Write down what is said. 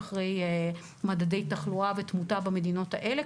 על מדדי התחלואה והתמותה במדינות האלה,